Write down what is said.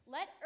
Let